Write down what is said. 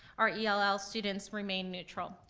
our ell ell students remain neutral.